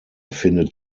findet